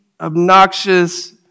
obnoxious